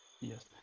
Yes